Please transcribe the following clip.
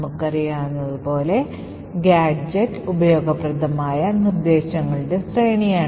നമുക്കറിയാവുന്നതുപോലെ ഗാഡ്ജെറ്റ് ഉപയോഗപ്രദമായ നിർദ്ദേശങ്ങളുടെ ശ്രേണിയാണ്